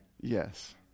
yes